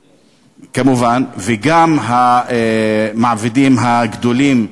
כמובן, וגם המעבידים הגדולים,